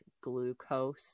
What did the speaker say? glucose